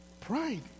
Pride